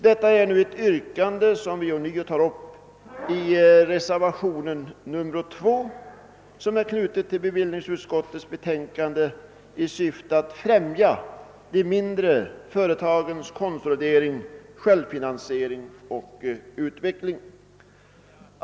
Vi för nu återigen fram yrkandet i reservationen 2 vid bevillningsutskottets betänkande nr 36 i syfte att främja de mindre företagens konsolide ring, självfinansiering och utveckling.